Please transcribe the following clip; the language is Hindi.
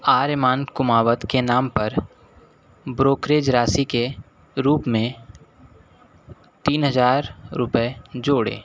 आर्यमान कुमावत के नाम पर ब्रोकरेज राशि के रूप में रूप में तीन हज़ार रुपये जोड़ें